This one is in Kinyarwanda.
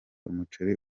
umuceri